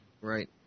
right